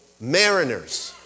mariners